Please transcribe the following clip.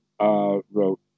wrote